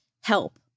help